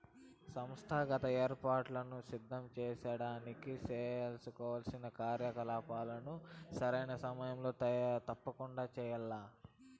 సంస్థాగత ఏర్పాట్లను సిద్ధం సేసేదానికి సేసుకోవాల్సిన కార్యకలాపాల్ని సరైన సమయంలో తప్పకండా చెయ్యాల్ల